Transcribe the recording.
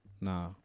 nah